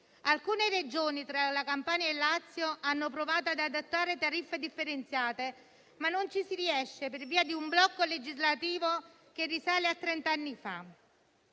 Alcune Regioni, tra cui la Campania e il Lazio, hanno provato ad adottare tariffe differenziate, ma non ci si riesce per via di un blocco legislativo che risale a trent'anni fa.